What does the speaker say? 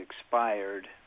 expired